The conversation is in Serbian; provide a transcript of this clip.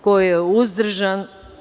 Ko je uzdržan?